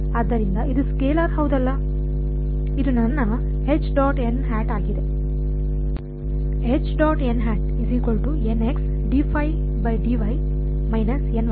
ಆದ್ದರಿಂದ ಇದು ಸ್ಕೇಲಾರ್ ಹೌದಲ್ಲ ಇದು ನನ್ನ ಆಗಿದೆ